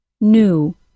New